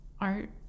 Art